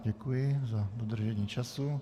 Děkuji za dodržení času.